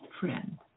friend